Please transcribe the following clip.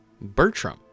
Bertram